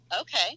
Okay